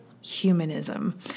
humanism